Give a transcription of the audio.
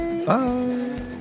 Bye